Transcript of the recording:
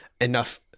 enough